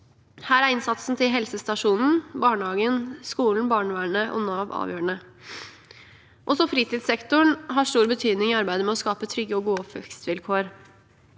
Her er innsatsen til helsestasjonen, barnehagen, skolen, barnevernet og Nav avgjørende. Også fritidssektoren har stor betydning i arbeidet med å skape trygge og gode oppvekstvilkår.